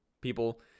people